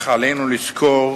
אך עלינו לזכור